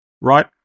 right